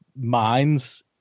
minds